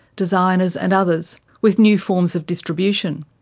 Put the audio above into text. designers and others with new forms of distribution.